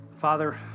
Father